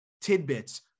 tidbits